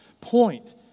point